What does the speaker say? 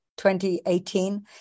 2018